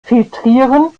filtrieren